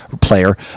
player